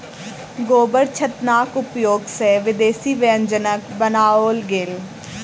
गोबरछत्ताक उपयोग सॅ विदेशी व्यंजनक बनाओल गेल